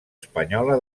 espanyola